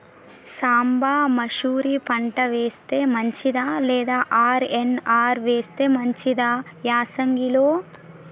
సాంబ మషూరి పంట వేస్తే మంచిదా లేదా ఆర్.ఎన్.ఆర్ వేస్తే మంచిదా యాసంగి లో?